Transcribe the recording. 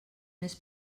més